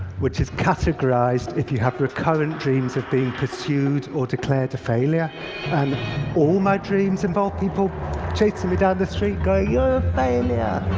which is categorized if you have recurrent dreams of being pursued or declared a failure, and all my dreams involve people chasing me down the street going, you're ah a failure!